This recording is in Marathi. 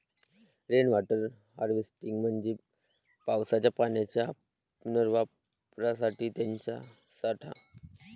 रेन वॉटर हार्वेस्टिंग म्हणजे पावसाच्या पाण्याच्या पुनर्वापरासाठी त्याचा साठा